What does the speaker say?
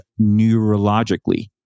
neurologically